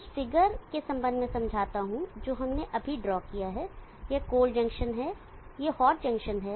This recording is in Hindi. मैं उस फिगर के संबंध में समझाता हूं जो हमने अभी ड्रॉ किया है यह कोल्ड जंक्शन है यह हॉट जंक्शन है